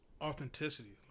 authenticity